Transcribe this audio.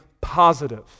positive